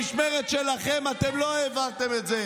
במשמרת שלכם אתם לא העברתם את זה,